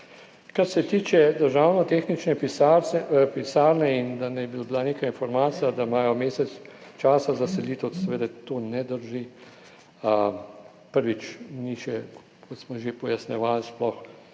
Kar se tiče Državne tehnične pisarne in da naj bi bila neka informacija, da imajo mesec časa za selitev, seveda to ne drži. Prvič, kot smo že pojasnjevali, sploh